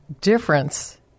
difference